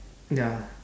ya lah